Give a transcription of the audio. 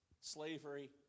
slavery